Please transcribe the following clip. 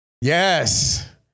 Yes